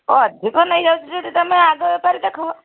ଅଧିକ ନେଇଯାଉଛି ଯଦି ତାହେଲେ ଆଗ ବେପାରୀ ଦେଖ